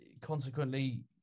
consequently